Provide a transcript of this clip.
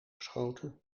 geschoten